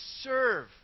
serve